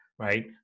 right